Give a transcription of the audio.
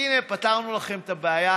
הינה, פתרנו לכם את הבעיה,